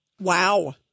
Wow